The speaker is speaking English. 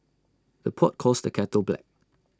the pot calls the kettle black